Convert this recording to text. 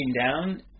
down